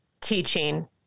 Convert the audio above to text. teaching